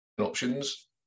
options